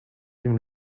dem